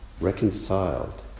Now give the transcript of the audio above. reconciled